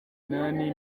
inani